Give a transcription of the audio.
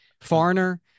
foreigner